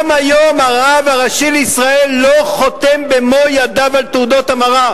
גם היום הרב הראשי לישראל לא חותם במו-ידיו על תעודות המרה.